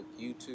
YouTube